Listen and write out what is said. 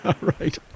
right